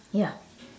ya